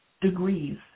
degrees